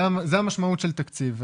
זה המשמעות של תקציב,